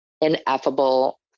ineffable